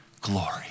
glory